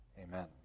Amen